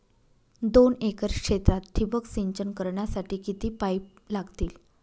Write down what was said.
दोन एकर क्षेत्रात ठिबक सिंचन करण्यासाठी किती पाईप लागतील?